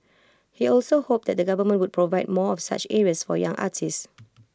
he also hoped that the government would provide more of such areas for young artists